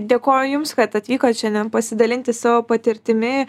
dėkoju jums kad atvykot šiandien pasidalinti savo patirtimi